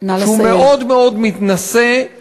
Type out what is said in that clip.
שהוא מאוד מאוד מתנשא,